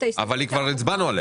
אבל כבר הצבענו עליה.